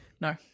No